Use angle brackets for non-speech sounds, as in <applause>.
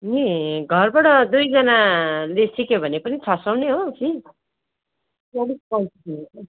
नि घरबाट दुईजनाले सिक्यो भने पनि छ सय नै हो फिस <unintelligible>